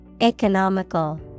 Economical